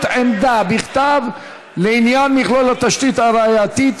עמדה בכתב לעניין מכלול התשתית הראייתית),